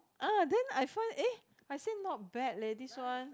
ah then I find eh I say not bad leh this one